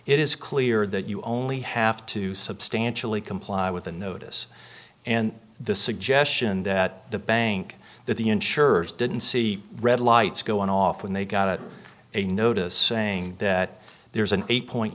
it is clear that you only have to substantially comply with the notice and the suggestion that the bank that the insurers didn't see red lights go off when they got a notice saying that there's an eight